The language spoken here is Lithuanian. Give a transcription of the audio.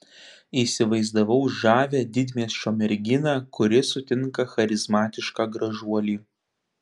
įsivaizdavau žavią didmiesčio merginą kuri sutinka charizmatišką gražuolį